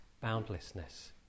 boundlessness